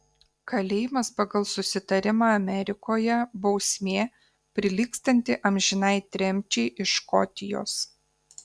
kalėjimas pagal susitarimą amerikoje bausmė prilygstanti amžinai tremčiai iš škotijos